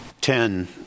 ten